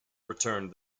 returned